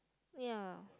ya